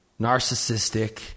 narcissistic